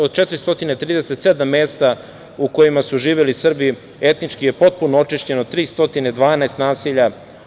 Od 437 mesta u kojima su živeli Srbi, etnički je potpuno očišćeno 312 naselja.